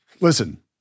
Listen